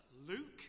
Luke